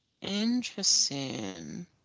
Interesting